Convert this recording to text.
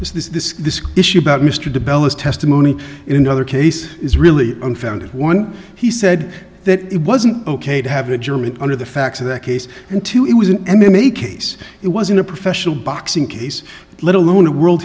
is this this issue about mr de bellas testimony in another case is really unfounded one he said that it wasn't ok to have a german under the facts of that case and two it was an m m a case it wasn't a professional boxing case let alone a world